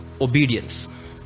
obedience